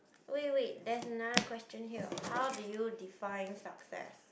wait wait there's another question here how do you define success